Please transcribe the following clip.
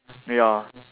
ya